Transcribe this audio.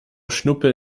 schnuppe